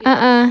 a'ah